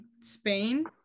Spain